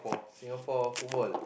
Singapore football